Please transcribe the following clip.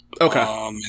Okay